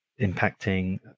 impacting